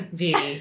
view